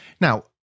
Now